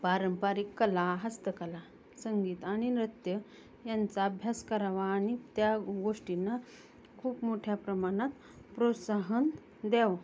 पारंपरिक कला हस्तकला संगीत आणि नृत्य यांचा अभ्यास करावा आणि त्या गोष्टींना खूप मोठ्या प्रमाणात प्रोत्साहन द्यावं